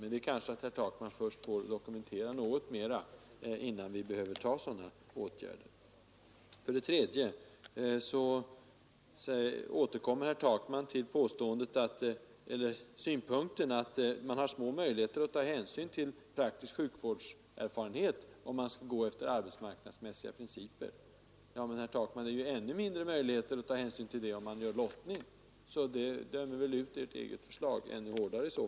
Men herr Takman kanske först får dokumentera sitt påstående litet mera, innan vi behöver vidta några sådana åtgärder. För det tredje återkom herr Takman till att man har små möjligheter att ta hänsyn till praktisk sjukvårdserfarenhet, om man skall gå efter arbetsmarknadsmässiga principer. Men, herr Takman, möjligheterna i det fallet är ju ännu mindre om vi lottar! Jag menar därför att den synpunkten dömer ut ert eget förslag ännu hårdare.